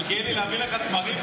מלכיאלי, להביא לך תמרים?